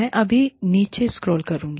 मैं अभी नीचे स्क्रॉल करूँगा